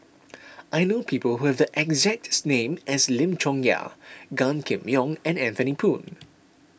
I know people who have the exact this name as Lim Chong Yah Gan Kim Yong and Anthony Poon